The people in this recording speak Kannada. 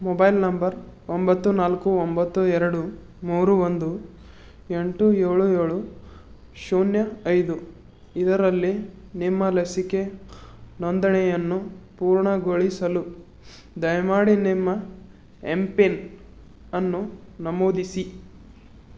ಮೊಬೈಲ್ ನಂಬರ್ ಒಂಬತ್ತು ನಾಲ್ಕು ಒಂಬತ್ತು ಎರಡು ಮೂರು ಒಂದು ಎಂಟು ಏಳು ಏಳು ಶೂನ್ಯ ಐದು ಇದರಲ್ಲಿ ನಿಮ್ಮ ಲಸಿಕೆ ನೋಂದಣಿಯನ್ನು ಪೂರ್ಣಗೊಳಿಸಲು ದಯಮಾಡಿ ನಿಮ್ಮ ಎಮ್ ಪಿನ್ನನ್ನು ನಮೂದಿಸಿ